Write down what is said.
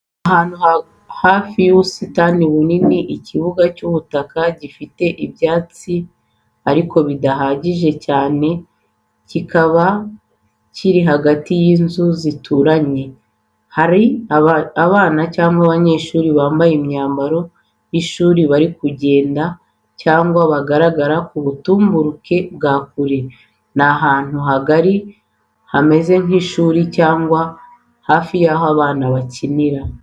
Ahantu hafite ubusitani bunini ikibuga cy’ubutaka gifite ibyatsi ariko bidahagije cyane kikaba kiri hagati y’inzu zituye. Hari abana cyangwa abanyeshuri bambaye imyambaro y’ishuri bari kugenda cyangwa bagaragara mu butumburuke bwa kure. Ni ahantu hagari hameze nko ku ishuri cyangwa hafi y’aho abana bakunda gukinira.